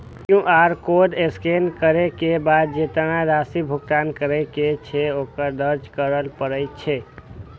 QR code scan करै के बाद जेतबा राशि भुगतान करै के छै, ओ दर्ज करय पड़ै छै